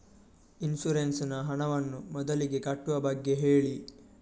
insurance ನ ಹಣವನ್ನು ಮೊದಲಿಗೆ ಕಟ್ಟುವ ಬಗ್ಗೆ ಹೇಳಿ